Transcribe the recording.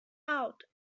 out